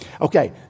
Okay